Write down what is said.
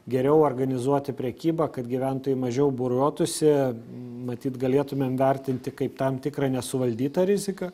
geriau organizuoti prekybą kad gyventojai mažiau būriuotųsi matyt galėtumėm vertinti kaip tam tikra nesuvaldytą riziką